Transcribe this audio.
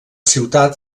ciutat